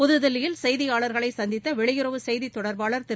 புதுதில்லியில் செய்தியாளர்களைசந்தித்தவெளியுறவு செய்தித் தொடர்பாளர் திரு